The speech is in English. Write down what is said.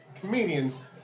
comedians